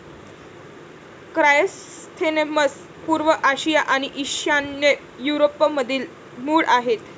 chrysanthemums पूर्व आशिया आणि ईशान्य युरोपमधील मूळ आहेत